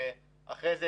אחר כך,